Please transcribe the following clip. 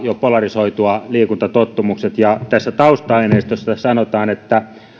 jo polarisoitua liikuntatottumukset ja tässä tausta aineistossa sanotaan että